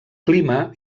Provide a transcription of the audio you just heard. clima